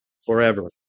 forever